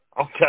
okay